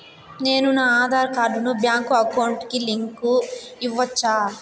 నేను నా ఆధార్ కార్డును బ్యాంకు అకౌంట్ కి లింకు ఇవ్వొచ్చా?